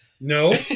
No